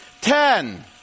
Ten